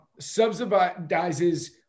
subsidizes